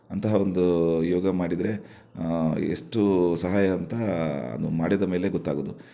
ಅಂತಹ ಒಂದು ಯೋಗ ಮಾಡಿದರೆ ಎಷ್ಟು ಸಹಾಯ ಅಂತ ನಾವು ಮಾಡಿದ ಮೇಲೇ ಗೊತ್ತಾಗೋದು